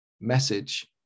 message